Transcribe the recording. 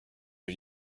are